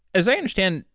as i understand,